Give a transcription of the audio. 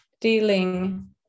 dealing